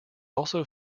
also